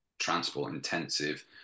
transport-intensive